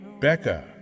Becca